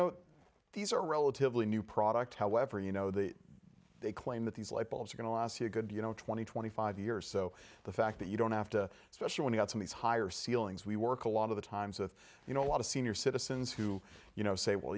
know these are relatively new products however you know that they claim that these light bulbs are going to last year good you know twenty twenty five years so the fact that you don't have to especially when you got some these higher ceilings we work a lot of the times with you know a lot of senior citizens who you know say well